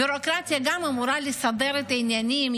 ביורוקרטיה גם אמורה לסדר את העניינים,